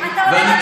אתה עולה לבמה,